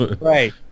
Right